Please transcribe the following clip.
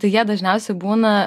tai jie dažniausiai būna